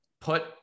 put